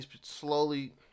slowly